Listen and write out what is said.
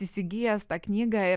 įsigijęs tą knygą ir